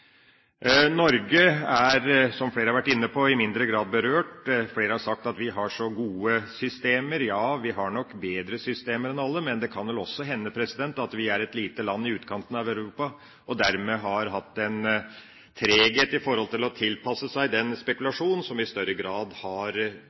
Norge er – som flere har vært inne på – i mindre grad berørt. Flere har sagt at vi har så gode systemer. Ja, vi har nok bedre systemer enn andre, men det kan vel også hende at vi er et lite land i utkanten av Europa og dermed har hatt en treghet i forhold til å tilpasse oss den